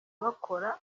bakora